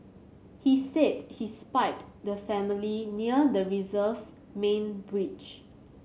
he said he spied the family near the reserve's main bridge